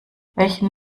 welchen